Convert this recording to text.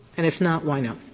and if not, why not?